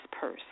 Purse